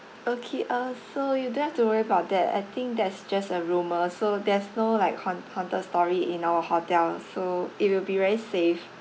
okay uh so you don't have to worry about that I think that's just a rumour so there's no like haunt haunted story in our hotel so it will be very safe